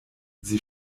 sie